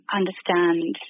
understand